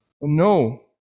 No